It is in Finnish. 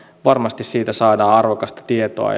varmasti siitä saadaan arvokasta tietoa